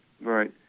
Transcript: right